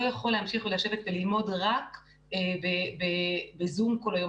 יכול להמשיך לשבת וללמוד רק בזום כל היום,